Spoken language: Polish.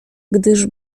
gdyż